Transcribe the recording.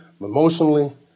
emotionally